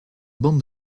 bandes